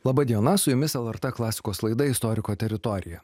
laba diena su jumis lrt klasikos laida istoriko teritorija